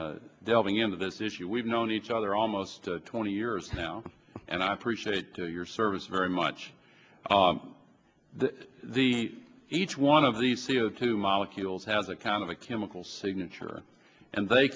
n delving into this issue we've known each other almost twenty years now and i appreciate your service very much the each one of the c o two molecules has a kind of a chemical signature and they